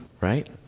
Right